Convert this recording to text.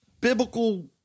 biblical